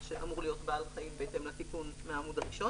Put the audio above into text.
שאמור להיות בעל-חיים בהתאם לתיקון מהעמוד הראשון